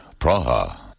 Praha